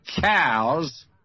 cows